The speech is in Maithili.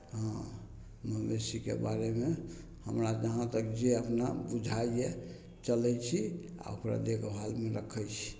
हँ मवेशीके बारेमे हमरा जहाँ तक जे अपना बुझाइ यऽ चलै छी आओर ओकरा देखभालमे रखै छी